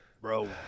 Bro